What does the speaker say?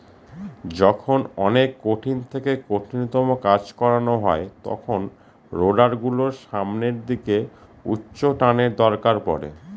যখন অনেক কঠিন থেকে কঠিনতম কাজ করানো হয় তখন রোডার গুলোর সামনের দিকে উচ্চটানের দরকার পড়ে